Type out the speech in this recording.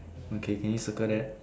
okay can you circle that